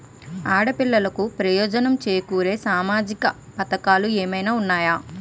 ఆడపిల్లలకు ప్రయోజనం చేకూర్చే సామాజిక పథకాలు ఏమైనా ఉన్నాయా?